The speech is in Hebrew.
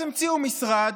אז המציאו משרד.